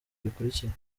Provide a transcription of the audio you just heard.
bikurikira